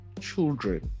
Children